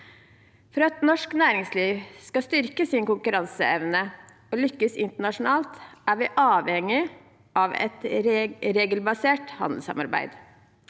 For at norsk næringsliv skal styrke sin konkurranseevne og lykkes internasjonalt, er vi avhengig av et regelbasert handelssamarbeid.